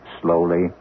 slowly